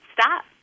stop